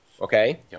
okay